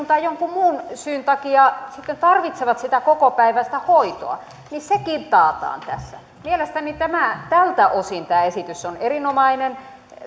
tai jonkun muun syyn takia sitten tarvitsevat sitä kokopäiväistä hoitoa sekin taataan tässä mielestäni tältä osin tämä esitys on erinomainen